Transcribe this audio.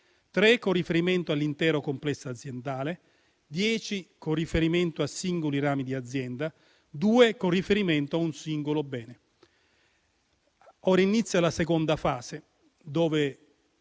con riferimento all'intero complesso aziendale, dieci con riferimento a singoli rami di azienda, due con riferimento a un singolo bene. Ora inizia la seconda fase, dove